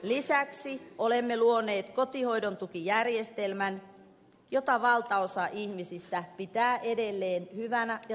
lisäksi olemme luoneet kotihoidon tukijärjestelmän jota valtaosa ihmisistä pitää edelleen hyvänä ja tarkoituksenmukaisena